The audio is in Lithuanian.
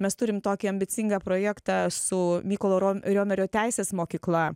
mes turim tokį ambicingą projektą su mykolo riomerio teisės mokykla